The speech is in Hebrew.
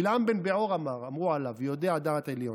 בלעם בן בעור, אמרו עליו: יודע דעת עליון.